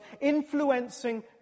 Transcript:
influencing